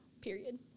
period